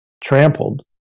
trampled